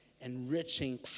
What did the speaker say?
enriching